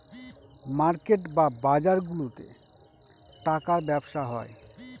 market বা বাজারগুলাতে টাকার ব্যবসা হয়